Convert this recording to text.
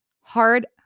hard